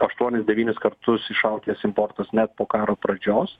aštuonis devynis kartus išaugęs importas net po karo pradžios